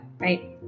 right